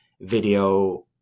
video